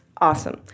Awesome